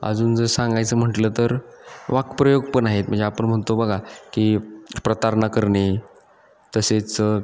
अजून जर सांगायचं म्हटलं तर वाक्यप्रयोग पण आहेत म्हणजे आपण म्हणतो बघा की प्रतारणा करणे तसेच